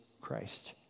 Christ